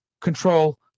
control